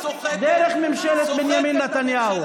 דרך ממשלת בנימין נתניהו.